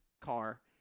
car